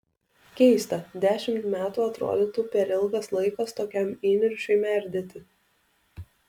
keista dešimt metų atrodytų per ilgas laikas tokiam įniršiui merdėti